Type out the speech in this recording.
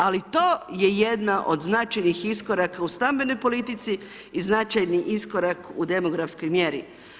Ali to je jedna od značajnih iskoraka u stambenoj politici i značajni iskorak u demografskoj mjeri.